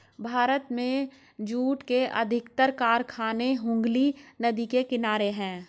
भारत में जूट के अधिकतर कारखाने हुगली नदी के किनारे हैं